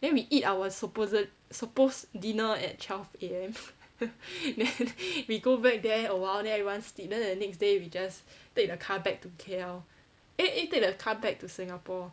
then we eat our supposed supposed dinner at twelve A_M then we go back there awhile then everyone sleep then the next day we just take the car back to K_L eh eh take the car back to singapore